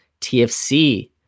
TFC